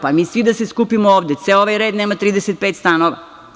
Pa, mi svi da se skupimo ovde, ceo ovaj red nema 35 stanova.